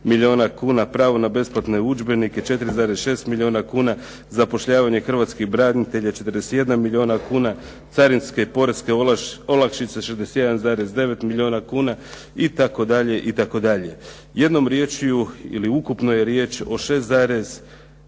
milijuna kuna. Pravo na besplatne udžbenike 4,6 milijuna kuna, zapošljavanje hrvatskih branitelja 41 milijuna kuna, carinske i poreske olakšice 61,9 milijuna kuna itd. itd. Jednom riječju ili ukupno je riječ o 6,2